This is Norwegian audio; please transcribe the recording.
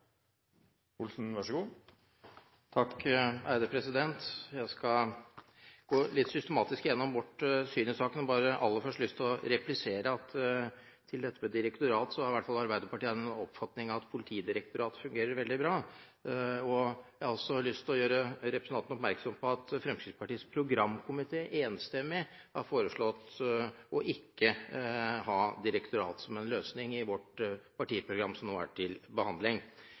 Jeg skal gå litt systematisk igjennom vårt syn i saken, men har aller først lyst til å replisere at til dette med direktorat har i alle fall Arbeiderpartiet den oppfatning at politidirektorat fungerer veldig bra. Jeg har også lyst til å gjøre representanten oppmerksom på at Fremskrittspartiets programkomité enstemmig har foreslått ikke å ha direktorat som en løsning i vårt partiprogram som nå er til behandling.